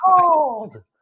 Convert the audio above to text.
Cold